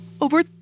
over